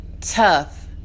tough